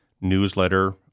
newsletter